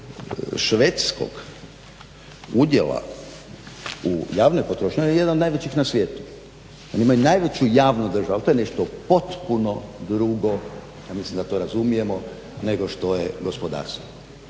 tiče švedskog udjela u javne potrošnje, on je jedan od najvećih na svijetu. Oni imaju najveću javnu državu, ali to je nešto potpuno drugo. Ja mislim da to razumijemo, nego što je gospodarstvo.